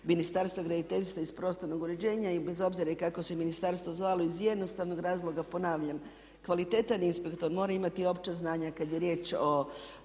Ministarstva graditeljstva, iz prostornog uređenja i bez obzira i kako se ministarstvo zvalo iz jednostavnog razloga ponavljam kvalitetan inspektor mora imati opća znanja kad je riječ o,